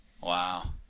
Wow